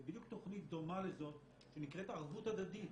זו בדיוק תוכנית דומה לזאת שנקראת ערבות הדדית.